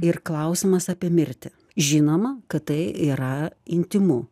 ir klausimas apie mirtį žinoma kad tai yra intymu